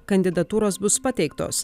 kandidatūros bus pateiktos